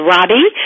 Robbie